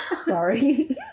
Sorry